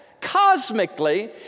cosmically